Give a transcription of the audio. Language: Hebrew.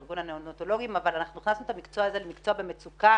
ארגון הניאונטולוגים אבל אנחנו הכנסנו את המקצוע הזה למקצוע במצוקה